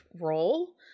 role